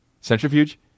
Centrifuge